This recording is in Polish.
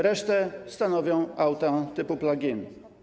Resztę stanowią auta typu plug-in.